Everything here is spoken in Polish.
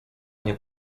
nie